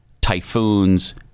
typhoons